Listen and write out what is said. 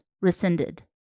rescinded